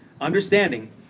understanding